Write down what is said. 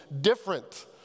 different